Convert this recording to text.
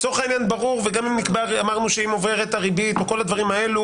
אמרנו שאם הריבית עוברת או כל הדברים האלו,